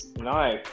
Nice